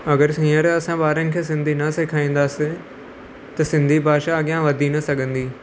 अगरि असीं हींअर असां ॿारनि खे सिंधी न सिखाईंदासीं त सिंधी भाषा अॻियां वधी न सघंदी